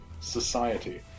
society